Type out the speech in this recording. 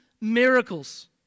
miracles